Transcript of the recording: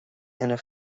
ina